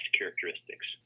characteristics